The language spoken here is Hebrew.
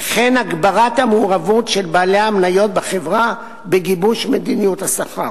וכן הגברת המעורבות של בעלי המניות בחברה בגיבוש מדיניות השכר.